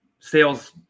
sales